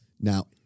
Now